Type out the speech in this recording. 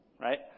right